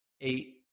Eight